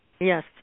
Yes